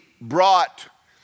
brought